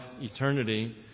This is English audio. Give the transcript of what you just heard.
eternity